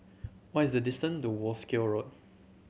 what is the distance to Wolskel Road